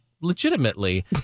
Legitimately